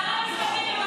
שר המשפטים,